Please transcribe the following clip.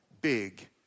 big